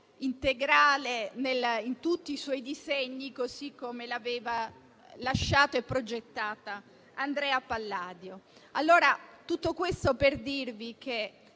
integrale in tutti i suoi disegni, così come egli l'aveva lasciata e progettata. Tutto questo per dirvi che,